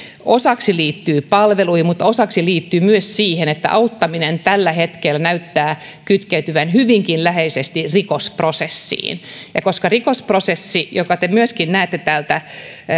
osaksi liittyvät palveluihin mutta osaksi liittyvät myös siihen että auttaminen tällä hetkellä näyttää kytkeytyvän hyvinkin läheisesti rikosprosessiin ja koska rikosprosessi on hyvin esitelty miten tämä prosessi käy minkä te myöskin näette täältä